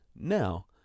Now